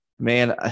Man